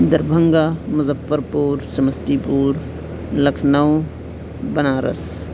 Darbhanga Muzaffarpur Samastipur Lucknow Banaras